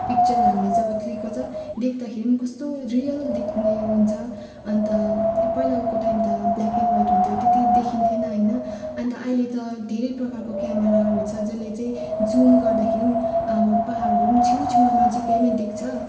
picture हामीले जब click गर्छ देख्दाखेरि कस्तो रियल देख्ने हुन्छ अन्त पहिलाको टाइम त ब्ल्याक एन्ड ह्वाइट हुन्थ्यो त्यति देखिन्थेन होइन अन्त अहिले त धेरै प्रकारको क्यामराहरू छ जसले चाहिँ जुम गर्दाखेरि अब पहाडहरू छेउ छेउमा नजिकैमा देख्छ